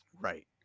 Right